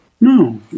No